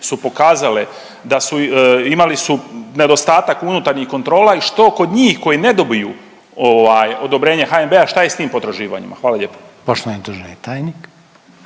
su pokazale da imali su nedostatak unutarnjih kontrola i što kod njih koji ne dobiju odobrenje HNB-a šta je sa tim potraživanjima? Hvala lijepo.